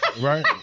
right